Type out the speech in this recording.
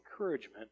encouragement